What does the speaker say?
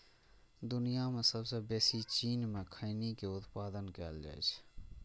दुनिया मे सबसं बेसी चीन मे खैनी के उत्पादन कैल जाइ छै